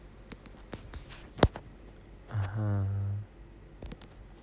mmhmm